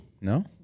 no